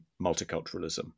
multiculturalism